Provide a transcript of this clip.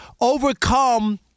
overcome